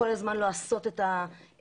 כל הזמן הן לועסות את הסורגים,